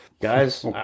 guys